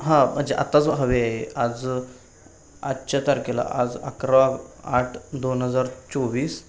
हां म्हणजे आताच हवे आज आजच्या तारखेला आज अकरा आठ दोन हजार चोवीस